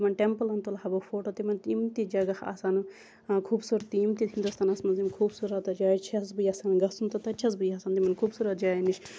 یِمَن ٹیٚمپٕلَن تُلہہَ بہٕ فوٹو تِمَن یِم تہِ جَگہ آسن خوبصورتی یِم تہِ ہِندُستانَس مَنٛز یِم خوبصورت جایہِ چھَس بہٕ یَژھان گَژھُن تہٕ تَتہِ چھَس بہٕ یَژھان تِمَن خوٗبصورت جایَن نِش